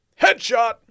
Headshot